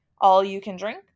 all-you-can-drink